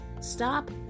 Stop